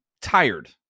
tired